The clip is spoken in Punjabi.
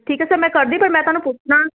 ਠੀਕ ਹੈ ਸਰ ਮੈਂ ਕਰਦੀ ਪਰ ਮੈਂ ਤੁਹਾਨੂੰ ਪੁੱਛਣਾ